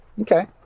okay